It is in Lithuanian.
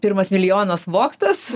pirmas milijonas vogtas